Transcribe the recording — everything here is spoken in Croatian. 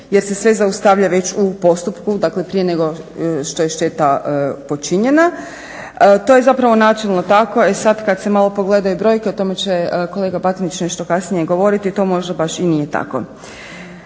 jer se sve zaustavlja već u postupku, dakle prije nego što je šteta počinjena. To je zapravo načelno tako, e sad kad se malo pogledaju brojke, o tome će kolega Batinić nešto kasnije govoriti, to možda baš i nije tako.